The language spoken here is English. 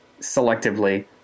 selectively